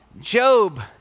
Job